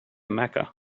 mecca